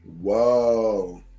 Whoa